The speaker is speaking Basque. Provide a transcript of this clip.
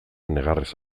negarrez